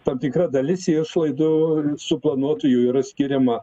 tam tikra dalis išlaidų ir suplanuotųjų yra skiriama